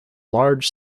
large